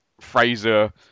fraser